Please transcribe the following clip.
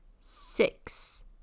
six